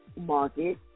market